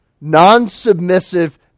non-submissive